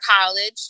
college